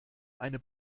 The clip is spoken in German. eine